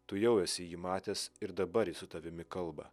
tu jau esi jį matęs ir dabar jis su tavimi kalba